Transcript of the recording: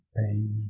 pain